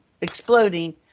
exploding